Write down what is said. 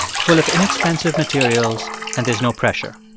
full of inexpensive materials and there's no pressure.